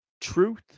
truth